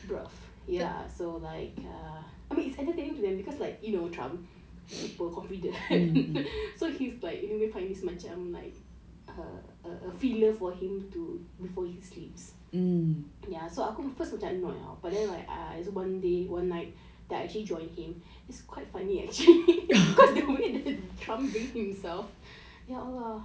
then bro ya so like err I mean it's entertaining to them because like you know trump super confident so he's like in a way find this macam like a a filler for him to before you sleeps ya so aku first macam annoyed ah but then like err it's one day one night that I actually joined him is quite funny actually cause of the trump being himself ya allah